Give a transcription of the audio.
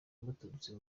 baturutse